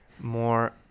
more